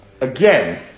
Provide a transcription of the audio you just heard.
again